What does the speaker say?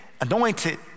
anointed